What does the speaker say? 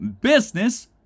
business